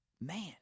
Man